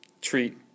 treat